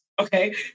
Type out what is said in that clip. okay